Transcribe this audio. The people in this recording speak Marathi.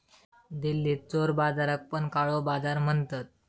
दिल्लीत चोर बाजाराक पण काळो बाजार म्हणतत